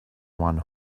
one